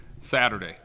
Saturday